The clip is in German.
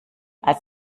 als